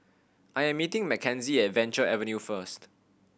I am meeting Mckenzie at Venture Avenue first